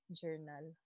journal